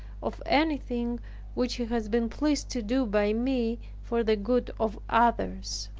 of anything which he has been pleased to do by me for the good of others.